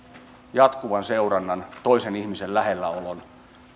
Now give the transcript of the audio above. jatkuvan seurannan toisen ihmisen lähelläolon